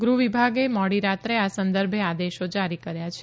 ગૃહ વિભાગે મોડી રાત્રે આ સંદર્ભે આદેશો જારી કર્યા છે